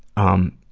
on